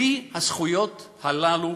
בלי הזכויות האלה,